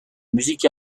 musique